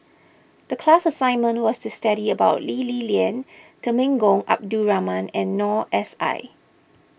the class assignment was to study about Lee Li Lian Temenggong Abdul Rahman and Noor S I